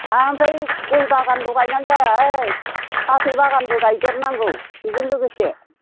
आमफ्राय गय बागानल' गायनानै जाया फाथै बागानबो गायदेरनांगौ बिजों लोगोसे